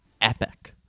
epic